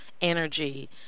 energy